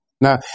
Now